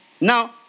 now